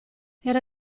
era